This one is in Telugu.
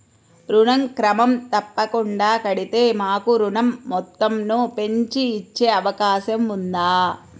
ఋణం క్రమం తప్పకుండా కడితే మాకు ఋణం మొత్తంను పెంచి ఇచ్చే అవకాశం ఉందా?